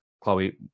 Chloe